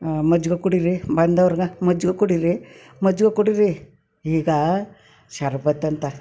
ಮಜ್ಜಿಗೆ ಕುಡೀರಿ ಬಂದವ್ರ್ಗೆ ಮಜ್ಜಿಗೆ ಕುಡೀರಿ ಮಜ್ಗೆ ಕುಡೀರಿ ಈಗ ಶರ್ಬತ್ತು ಅಂತ